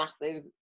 massive